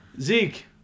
Zeke